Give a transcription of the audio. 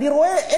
אני רואה,